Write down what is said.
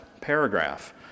paragraph